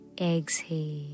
exhale